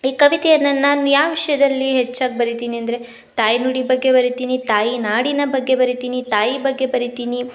ಈ ಕವಿತೆಯನ್ನು ನಾನು ಯಾವ್ ವಿಷಯದಲ್ಲಿ ಹೆಚ್ಚಾಗಿ ಬರಿತೀನಿ ಅಂದರೆ ತಾಯಿನುಡಿ ಬಗ್ಗೆ ಬರಿತೀನಿ ತಾಯಿ ನಾಡಿನ ಬಗ್ಗೆ ಬರಿತೀನಿ ತಾಯಿ ಬಗ್ಗೆ ಬರಿತೀನಿ